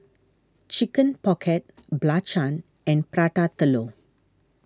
Chicken Pocket Belacan and Prata Telur